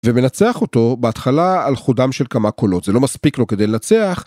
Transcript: ומנצח אותו בהתחלה על חודם של כמה קולות זה לא מספיק לו כדי לנצח.